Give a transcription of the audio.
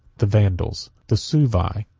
the vandals, the suevi,